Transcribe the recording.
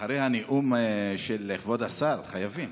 אחרי הנאום של כבוד השר חייבים.